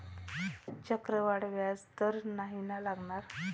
चक्रवाढ व्याज तर नाही ना लागणार?